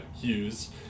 Hughes